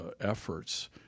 efforts